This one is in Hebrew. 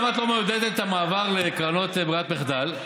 למה את לא מעודדת את המעבר לקרנות ברירת מחדל?